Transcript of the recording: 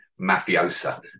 mafiosa